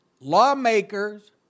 Lawmakers